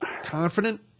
confident